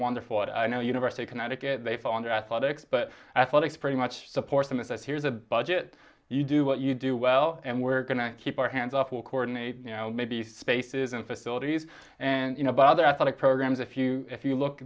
wonderful i know university of connecticut they fall into athletics but athletics pretty much supports them and says here's a budget you do what you do well and we're going to keep our hands off will coordinate maybe spaces and facilities and you know but other athletic programs if you if you look